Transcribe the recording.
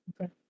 Okay